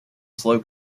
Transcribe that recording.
slow